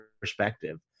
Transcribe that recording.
perspective